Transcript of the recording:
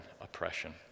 oppression